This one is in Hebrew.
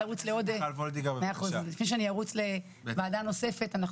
לפני שאני ארוץ לוועדה נוספת,